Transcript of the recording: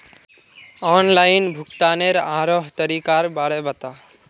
online भुग्तानेर आरोह तरीकार बारे बता